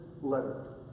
letter